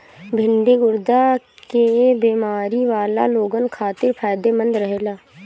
भिन्डी गुर्दा के बेमारी वाला लोगन खातिर फायदमंद रहेला